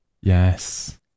Yes